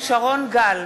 שרון גל,